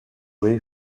way